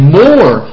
more